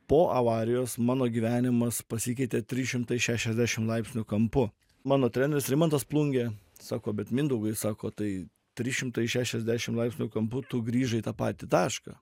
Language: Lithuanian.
po avarijos mano gyvenimas pasikeitė trys šimtai šešiasdešim laipsnių kampu mano treneris rimantas plungė sako bet mindaugui sako tai trys šimtai šešiasdešim laipsnių kampu tu grįžai į tą patį tašką